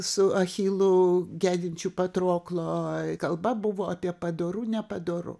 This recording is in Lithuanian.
su achilu gedinčiu patroklo kalba buvo apie padoru nepadoru